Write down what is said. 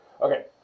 Okay